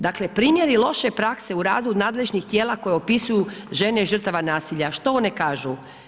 Dakle, primjeri loše prakse u radu nadležnih tijela koji opsuju žene žrtava nasilja, što one kažu?